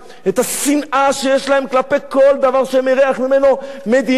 את השנאה שיש להם כלפי כל דבר שמריח ממנו מדינה,